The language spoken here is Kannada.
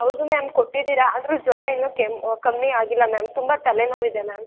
ಹೌದು ಮ್ಯಾಮ್ ಕೊಟ್ಟಿದ್ದೀರ ಆದರೂ ಜ್ವರ ಇನ್ನೂ ಕೆಮ್ಮು ಕಮ್ಮಿ ಆಗಿಲ್ಲ ಮ್ಯಾಮ್ ತುಂಬ ತಲೆನೋವು ಇದೆ ಮ್ಯಾಮ್